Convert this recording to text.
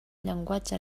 llenguatge